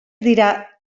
dira